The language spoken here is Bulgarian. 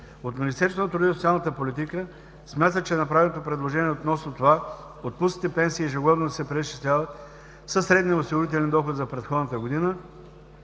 От Министерството на труда и социалната политика смятат, че направеното предложение относно това отпуснатите пенсии ежегодно да се преизчисляват със средния осигурителен доход за предходната година,